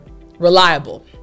reliable